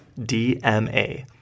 DMA